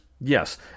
Yes